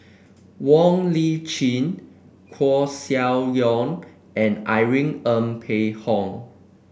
Wong Lip Chin Koeh Sia Yong and Irene Ng Phek Hoong